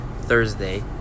thursday